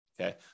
okay